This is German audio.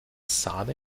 sahne